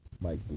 Mike